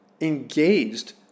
engaged